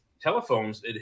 telephones